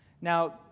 Now